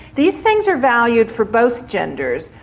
these things are valued for both genders.